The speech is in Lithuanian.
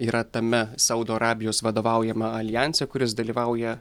yra tame saudo arabijos vadovaujama aljanse kuris dalyvauja